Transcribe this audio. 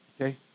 Okay